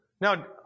Now